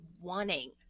wanting